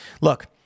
Look